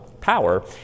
power